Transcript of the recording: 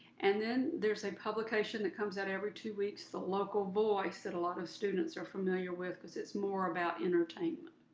and then there's a publication that comes out every two weeks, the local voice, that a lot of students are familiar with because it's more about entertainment.